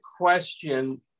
question